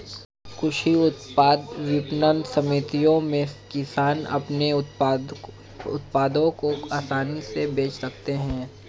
कृषि उत्पाद विपणन समितियों में किसान अपने उत्पादों को आसानी से बेच सकते हैं